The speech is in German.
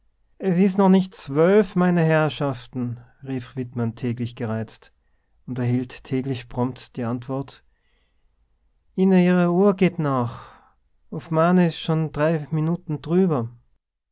es is noch nicht zwölf meine herrschaften rief wittmann täglich gereizt und erhielt täglich prompt die antwort ihne ihr uhr geht nach uff maaner is es schon drei minute driwwer